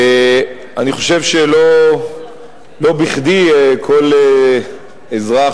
אני חושב שלא בכדי כל אזרח,